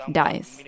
dies